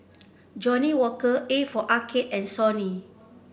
Johnnie Walker A for Arcade and Sony